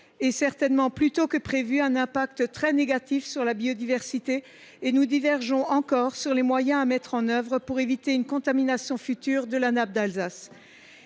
– certainement plus tôt que prévu – sur la biodiversité et nous divergeons encore sur les moyens à mettre en œuvre pour éviter une contamination future de la nappe d’Alsace.